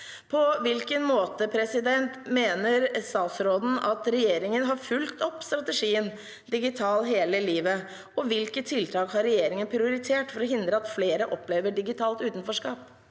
På hvilken måte mener statsråden at regjeringen har fulgt opp strategien «Digital hele livet», og hvilke tiltak har regjeringen prioritert for å hindre at flere opplever digitalt utenforskap?